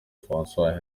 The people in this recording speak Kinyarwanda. françois